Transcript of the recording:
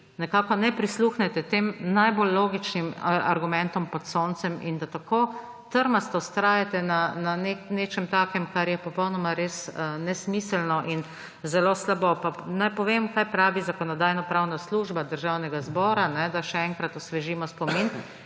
da vi ne prisluhnite tem najbolj logičnim argumentom pod soncem in da tako trmasto vztrajate na nečem takem, kar je res popolnoma nesmiselno in zelo slabo. Naj povem, kaj pravi Zakonodajno-pravna služba Državnega zbora, da še enkrat osvežimo spomin,